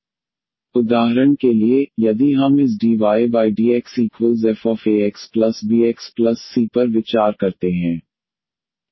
उदाहरण के लिए यदि हम इस dydxfaxbyc पर विचार करते हैं